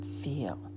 Feel